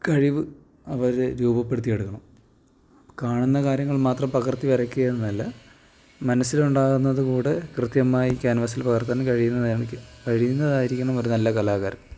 കഴിവ് അവര് രൂപപ്പെടുത്തി എടുക്കണം കാണുന്നകാര്യങ്ങൾ മാത്രം പകർത്തി വരയ്ക്കുക ഒന്നും അല്ല മനസ്സിലുണ്ടാകുന്നത് കൂടെ കൃത്യമായി ക്യാൻവാസിൽ പകർത്താൻ കഴിയുന്നതാണിക് കഴിയുന്നതായിരിക്കണം ഒര് നല്ല കലാകാരൻ